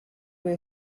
guy